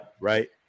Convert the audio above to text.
Right